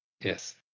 yes